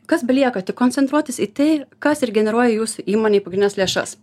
kas belieka tik koncentruotis į tai kas ir generuoja jūsų įmonei pagrindines lėšas